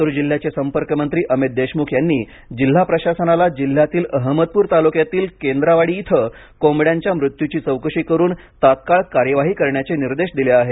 लातूर जिल्ह्याचे संपर्कमंत्री अमित देशमुख यांनी जिल्हा प्रशासनाला जिल्ह्यातील अहमदपूर तालुक्यालतील केंद्रावाडी येथे कोंबड्यांच्या मृत्यूची चौकशी करून तत्काळ कार्यवाही करण्याचे निर्देश दिले आहेत